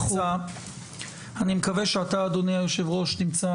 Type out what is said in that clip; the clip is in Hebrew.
אני מקווה שאתה אדוני היושב ראש תמצא